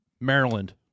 Maryland